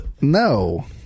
No